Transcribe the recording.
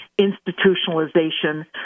institutionalization